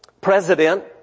president